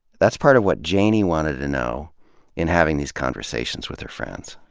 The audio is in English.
that's part of what janey wanted to know in having these conversations with her friends.